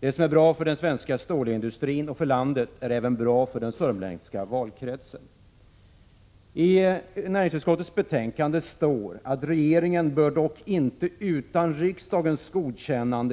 Det som är bra för den svenska stålindustrin och för landet är även bra för den sörmländska valkretsen. I näringsutskottets betänkande står att regeringen bör dock inte utan riksdagens godkännande.